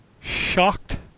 Shocked